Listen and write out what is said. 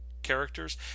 characters